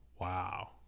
Wow